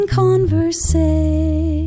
conversation